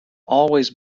always